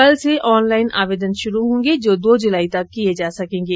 कल से ऑनलाईन आवेदन शुरू होंगे जो दो जुलाई तक किये जा सके गे